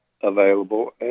available